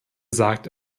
sagt